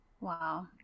Wow